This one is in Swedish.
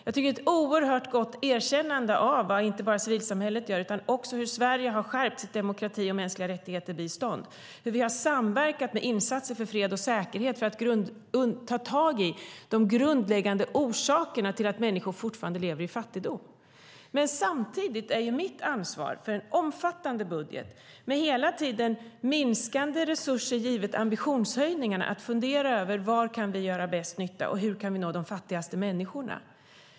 Det är ett oerhört gott erkännande av vad inte bara civilsamhället gör utan också hur Sverige har skärpt sitt bistånd för demokrati och mänskliga rättigheter, hur vi har samverkat med insatser för fred och säkerhet för att ta tag i de grundläggande orsakerna till att människor fortfarande lever i fattigdom. Samtidigt är mitt ansvar för en omfattande budget, med hela tiden minskande resurser, givet ambitionshöjningarna, att fundera över var vi kan göra bäst nytta och hur vi kan nå de fattigaste människorna.